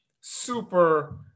super